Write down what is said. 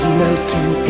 melting